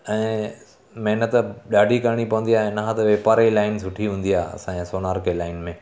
ऐं महिनत ॾाढी करणी पवंदी आहे हिन खां त वापार जी लाइन सुठी हूंदी आहे असांजे सोनार के लाइन में